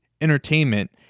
entertainment